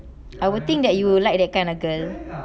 I would think that you will like that kind of girl